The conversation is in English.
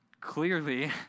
Clearly